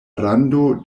rando